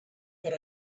but